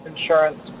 insurance